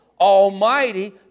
almighty